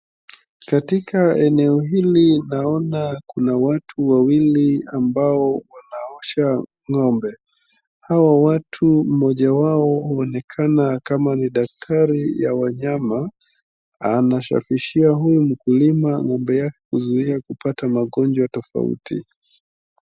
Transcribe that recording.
Katika eneo hili naona kuna watu wawili ambao wanaosha ng'ombe, hawa watu mmoja anaonekana kama ni daktari ya wanyama anasafishia huyu mkulima ng'ombe yake kuzuia kupata magonjwa tofauti.